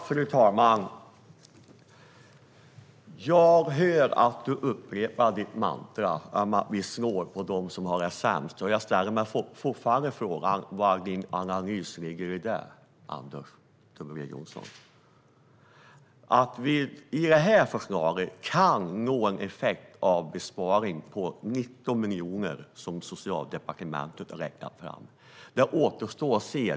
Fru talman! Jag hör att du upprepar ditt mantra om att vi snålar på dem som har det sämst, men jag ställer mig fortfarande frågande till din analys, Anders W Jonsson. Om vi med detta förslag får den besparing på 19 miljoner som Socialdepartementet har räknat fram återstår att se.